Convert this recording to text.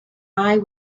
eye